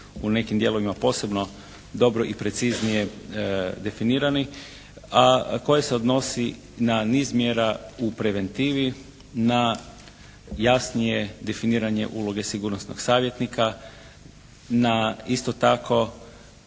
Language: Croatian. u nekim dijelovima posebno dobro i preciznije definirano. A koje se odnosi na niz mjera u preventivi, na jasnije definiranje uloge sigurnosnog savjetnika, na isto tako